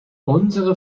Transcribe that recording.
unsere